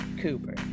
Cooper